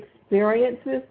experiences